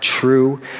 true